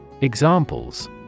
Examples